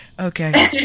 Okay